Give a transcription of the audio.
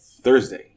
Thursday